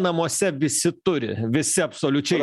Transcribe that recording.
namuose visi turi visi absoliučiai